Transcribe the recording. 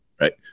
Right